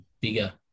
bigger